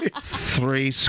three